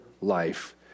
life